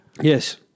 Yes